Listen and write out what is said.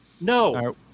No